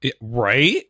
Right